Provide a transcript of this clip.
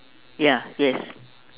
ya yes